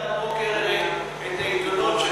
ראית הבוקר את העיתונות,